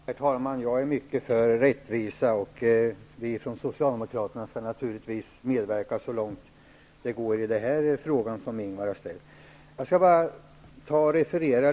Herr talman! Jag är mycket för rättvisa, och Socialdemokraterna skall naturligtvis medverka så långt det går i den fråga som Ingvar Eriksson nämnde.